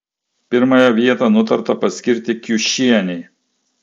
pirmąją vietą nutarta paskirti kiušienei